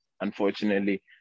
unfortunately